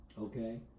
Okay